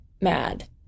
mad